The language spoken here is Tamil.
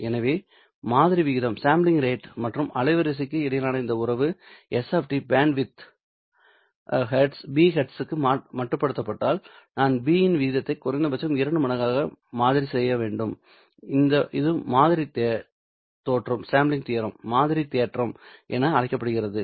எனவே மாதிரி விகிதம் மற்றும் அலைவரிசைக்கு இடையிலான இந்த உறவு s பேண்ட்வித் B Hz க்கு மட்டுப்படுத்தப்பட்டால் நான் B இன் விகிதத்தை குறைந்தபட்சம் இரண்டு மடங்காக மாதிரி செய்ய வேண்டும் இது மாதிரி தேற்றம் என அழைக்கப்படுகிறது